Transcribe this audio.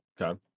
okay